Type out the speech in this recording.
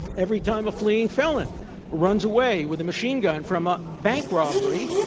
every time a fleeing felon runs away with a machine gun from a bank robbery,